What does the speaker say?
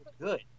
good